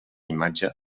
imatge